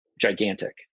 gigantic